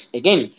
again